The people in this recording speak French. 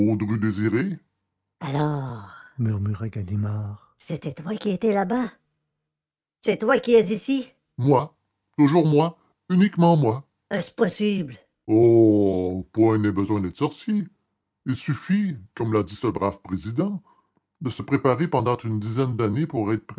l'on condamnât baudru désiré alors murmura ganimard c'était vous qui étiez là-bas c'est vous qui êtes ici moi toujours moi uniquement moi est-ce possible oh point n'est besoin d'être sorcier il suffit comme l'a dit ce brave président de se préparer pendant une douzaine d'années pour être